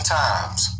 times